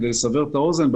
כדי לסבר את האוזן,